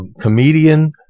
comedian